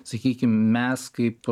sakykim mes kaip